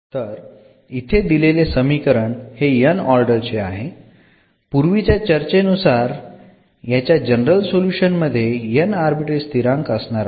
तर इथे दिलेले समीकरण हे n ऑर्डर चे आहे पूर्वीच्या चर्चेनुसार याच्या जनरल सोल्युशन मध्ये n आर्बिट्ररी स्थिरांक असणार आहेत